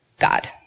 God